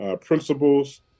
principles